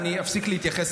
גם עם מיארה.